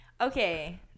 Okay